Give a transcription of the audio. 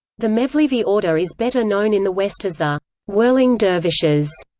the mevlevi order is better known in the west as the whirling dervishes.